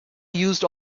used